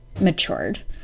matured